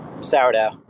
sourdough